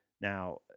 Now